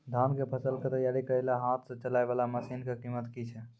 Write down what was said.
धान कऽ फसल कऽ तैयारी करेला हाथ सऽ चलाय वाला मसीन कऽ कीमत की छै?